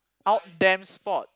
out damned spot